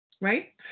Right